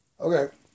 Okay